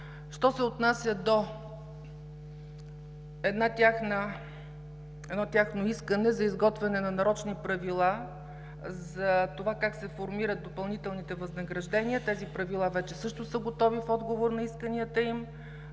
Що се отнася до едно тяхно искане за изготвяне на нарочни правила за това как се формират допълнителните възнаграждения, тези правила вече също са готови в отговор на исканията им.